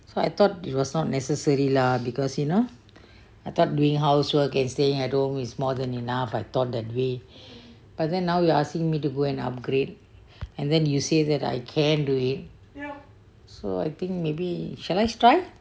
so I thought it was not necessary lah because you know I thought doing housework and stay at home is more than enough I thought that way but then now you asking me to go and upgrade and then you say that I can do it so I think maybe shall I try